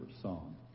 song